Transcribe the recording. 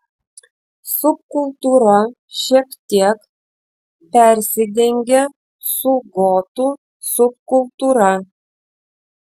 subkultūra šiek tiek persidengia su gotų subkultūra